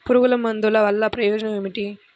పురుగుల మందుల వల్ల ప్రయోజనం ఏమిటీ?